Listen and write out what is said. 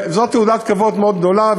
זאת תעודת כבוד מאוד גדולה,